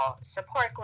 support